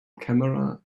camera